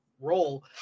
role